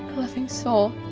loving soul,